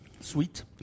Sweet